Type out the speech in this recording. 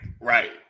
Right